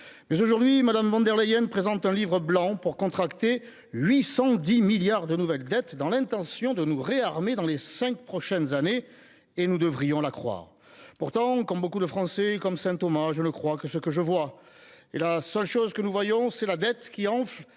! Aujourd’hui, Mme von der Leyen présente un livre blanc pour contracter 810 milliards d’euros de nouvelles dettes dans l’intention de nous réarmer dans les cinq prochaines années. Et nous devrions la croire ? Comme nombre de Français, comme saint Thomas, je ne crois que ce que je vois. Or tout ce que nous voyons, c’est la dette qui enfle